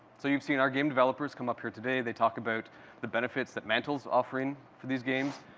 so you've seen our game developers come up here today. they talk about the benefits that mantle's offering for these games.